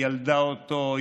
היא ילדה אותו,